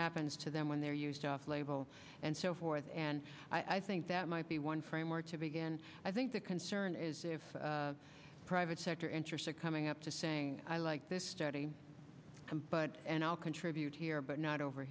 happens to them when they're used off label and so forth and i think that might be one frame where to begin i think the concern is if the private sector interested coming up to saying i like this study can but and i'll contribute here but not over